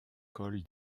col